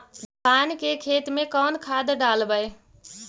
धान के खेत में कौन खाद डालबै?